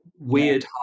weird